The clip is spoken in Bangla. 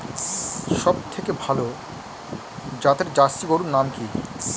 সবথেকে ভালো জাতের জার্সি গরুর নাম কি?